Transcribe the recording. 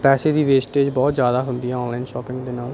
ਪੈਸੇ ਦੀ ਵੇਸਟੇਜ ਬਹੁਤ ਜ਼ਿਆਦਾ ਹੁੰਦੀ ਆ ਔਨਲਾਈਨ ਸ਼ੋਪਿੰਗ ਦੇ ਨਾਲ